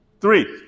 Three